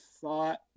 thought